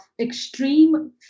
extreme